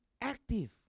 active